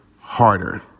Harder